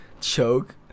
choke